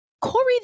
Corey